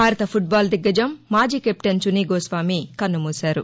భారత football దిగ్గజం మాజీ కెప్టెన్ చునీ గోస్వామి కన్నుమూశారు